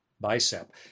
bicep